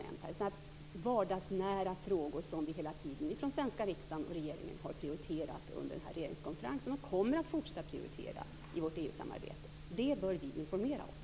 Det är vardagsnära frågor som svenska riksdagen och regeringen hela tiden har prioriterat under regeringskonferensen och kommer att fortsätta att prioritera i vårt EU samarbete. Detta bör vi informera om.